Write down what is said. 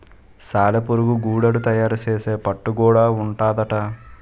సాలెపురుగు గూడడు తయారు సేసే పట్టు గూడా ఉంటాదట